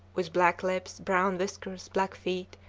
with black lips, brown whiskers, black feet,